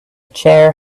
chair